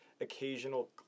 occasional